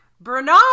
Bernard